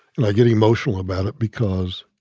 and i get emotional about it because